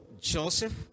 Joseph